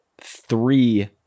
three